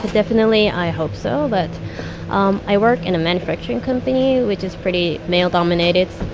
definitely i hope so, but um i work in a manufacturing company, which is pretty male dominated.